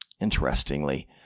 Interestingly